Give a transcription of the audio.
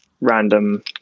random